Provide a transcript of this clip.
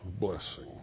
blessing